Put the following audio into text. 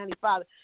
Father